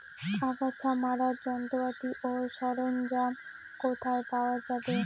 আগাছা মারার যন্ত্রপাতি ও সরঞ্জাম কোথায় পাওয়া যাবে?